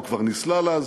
הוא כבר נסלל אז,